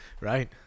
Right